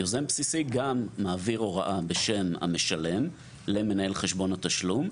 יוזם בסיסי גם מעביר הוראה בשם המשלם למנהל חשבון התשלום,